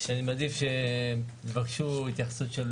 ואני מעדיף שתבקשו התייחסות של